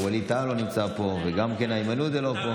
ווליד טאהא לא נמצא פה וגם איימן עודה לא פה.